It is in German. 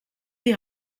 die